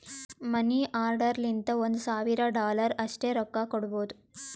ಮನಿ order ಲಿಂತ ಒಂದ್ ಸಾವಿರ ಡಾಲರ್ ಅಷ್ಟೇ ರೊಕ್ಕಾ ಕೊಡ್ಬೋದ